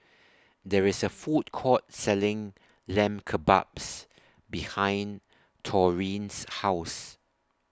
There IS A Food Court Selling Lamb Kebabs behind Taurean's House